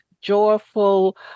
joyful